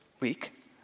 week